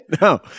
No